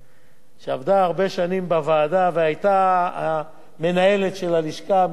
שעבדה הרבה שנים בוועדה והיתה המנהלת של הלשכה המשפטית,